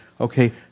okay